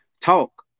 talk